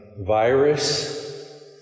virus